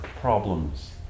problems